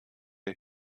der